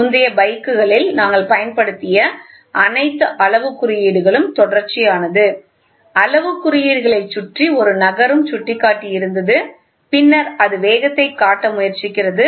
முந்தைய பைக்குகளில் நாங்கள் பயன்படுத்திய அனைத்து அளவுக் குறியீடுகளும் தொடர்ச்சியானது அளவுக் குறியீடுகளைக் சுற்றி ஒரு நகரும் சுட்டிக்காட்டி இருந்தது பின்னர் அது வேகத்தைக் காட்ட முயற்சிக்கிறது